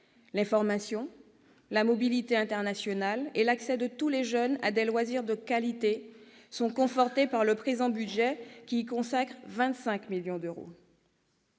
L'information, la mobilité internationale et l'accès de tous les jeunes à des loisirs de qualité sont confortés par le présent budget, qui y consacre 25 millions d'euros.